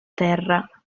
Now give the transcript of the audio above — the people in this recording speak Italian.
terra